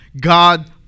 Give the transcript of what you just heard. God